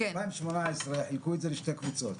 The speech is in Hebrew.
ב-2018 חילקו את זה לשתי קבוצות,